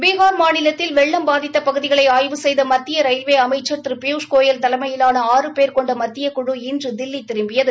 பீகார் மாநிலத்தில் வெள்ளம் பாதித்த பகுதிகளை ஆய்வு செய்த மத்திய ரயில்வே அமைச்சர் திரு பியூஷ் கோயல் தலைமையிலான ஆறு பேர் கொண்ட மத்தியக்குழு இன்று தில்வி திரும்பியது